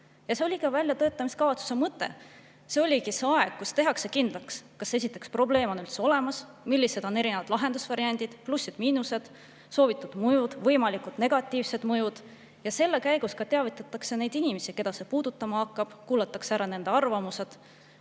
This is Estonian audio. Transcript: Ja see on ka väljatöötamiskavatsuse mõte. See oligi see aeg, kus tehakse kindlaks, kas probleem on üldse olemas, millised on erinevad lahendusvariandid, plussid‑miinused, soovitud mõjud, ka võimalikud negatiivsed mõjud, ning selle käigus teavitatakse neid inimesi, keda see puudutama hakkab, kuulatakse ära nende arvamused